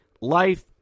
life